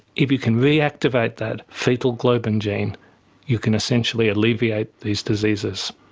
if you can reactivate that foetal globin gene you can essentially alleviate these diseases.